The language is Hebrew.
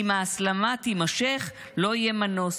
אם ההסלמה תימשך, לא יהיה מנוס.